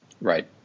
Right